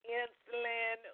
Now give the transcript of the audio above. insulin